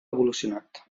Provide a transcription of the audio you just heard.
evolucionat